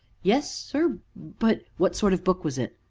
yes, sir but what sort of book was it?